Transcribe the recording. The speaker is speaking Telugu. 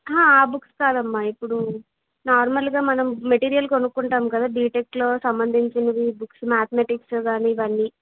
ఆ బుక్స్ కాదమ్మా ఇప్పుడు నార్మల్గా మనం మెటీరియల్ కొనుక్కుంటాం కదా బీటెక్లో సంబంధించినవి బుక్స్ మాథమ్యాటిక్స్ కానీ ఇవన్నీ